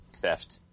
Theft